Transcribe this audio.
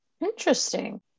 interesting